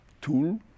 tool